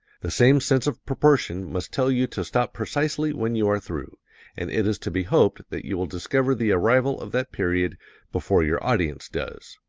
the same sense of proportion must tell you to stop precisely when you are through and it is to be hoped that you will discover the arrival of that period before your audience does.